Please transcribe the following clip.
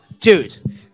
Dude